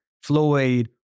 Floyd